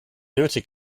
nötig